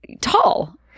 tall